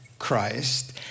Christ